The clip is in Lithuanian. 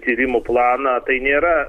tyrimų planą tai nėra